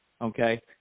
okay